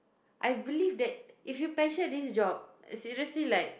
I believe that if you pension this job seriously like